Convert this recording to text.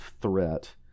threat